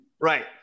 Right